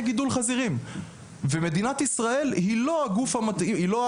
גידול חזירים ומדינת ישראל היא לא המדינה